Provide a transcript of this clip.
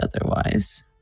otherwise